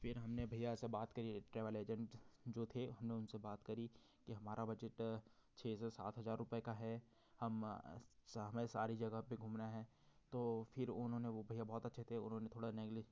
फिर हम ने भैया से बात करी ट्रेवल एजेंट जो थे हम ने उन से बात करी कि हमारा बजट छः से सात हज़ार रुपये का है हम हमें सारी जगह में घूमना है तो फिर उन्होंने वो भैया बहुत अच्छे थे उन्होंने थोड़ा नेग्ले